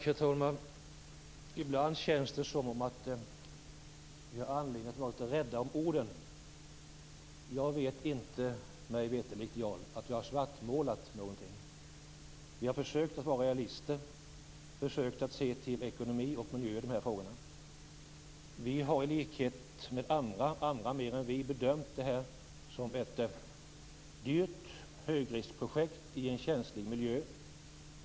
Herr talman! Ibland känns det som att vi har anledning att vara litet rädda om orden. Mig veterligen har vi inte svartmålat någonting. Vi har försökt vara realister och se till ekonomi och miljö i de här frågorna. Vi har i likhet med andra bedömt detta som ett dyrt högriskprojekt i en känslig miljö.